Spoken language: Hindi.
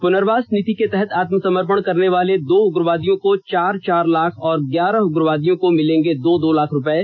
पुनर्वास नीति के तहत आत्मसमर्पण करने वाले दो उग्रवादियों को चार चार लाख और ग्यारह उग्रवादियों को मिलेंगे दो दो लाख रुपये